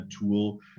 tool